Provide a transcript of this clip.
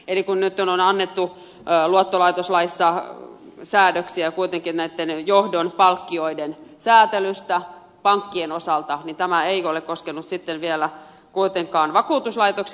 eli kun nyt on annettu luottolaitoslaissa säädöksiä kuitenkin johdon palkkioiden säätelystä pankkien osalta niin tämä ei ole koskenut sitten vielä kuitenkaan vakuutuslaitoksia